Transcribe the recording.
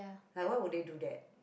like why would they do that